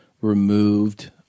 removed